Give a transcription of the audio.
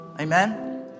Amen